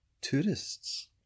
tourists